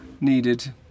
needed